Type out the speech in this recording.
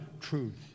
truth